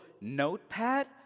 notepad